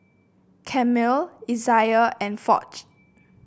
Camille Isaiah and Foch